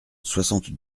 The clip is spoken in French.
soixante